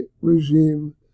regime